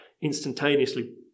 instantaneously